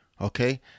Okay